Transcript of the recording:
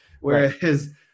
Whereas